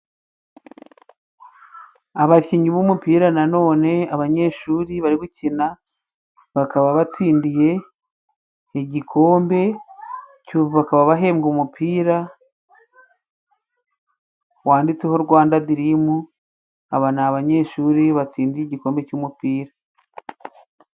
Abakinnyi b'umupira nanone abanyeshuri bari gukina bakaba batsindiye igikombe. Bakaba bahembwe umupira wanditseho Rwanda dirimu, aba ni abanyeshuri batsindiye igikombe cy'umupira.